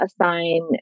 assign